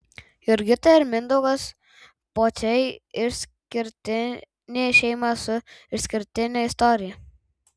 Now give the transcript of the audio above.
jurgita ir mindaugas pociai išskirtinė šeima su išskirtine istorija